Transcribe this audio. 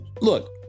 Look